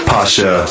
Pasha